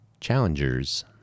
challengers